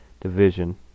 division